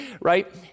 Right